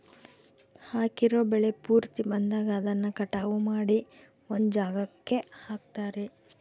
ಹಾಕಿರೋ ಬೆಳೆ ಪೂರ್ತಿ ಬಂದಾಗ ಅದನ್ನ ಕಟಾವು ಮಾಡಿ ಒಂದ್ ಜಾಗಕ್ಕೆ ಹಾಕ್ತಾರೆ